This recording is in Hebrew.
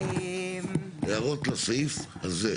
הערות לסעיף הזה.